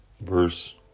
verse